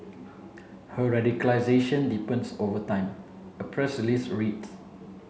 her radicalization deepens over time a press release read